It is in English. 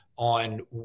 on